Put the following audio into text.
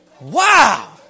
Wow